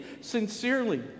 sincerely